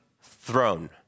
throne